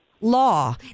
law